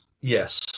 Yes